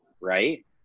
right